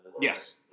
Yes